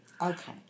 Okay